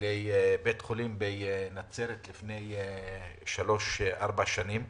לבית חולים בנצרת לפני שלוש-ארבע שנים.